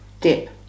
dip